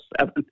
seven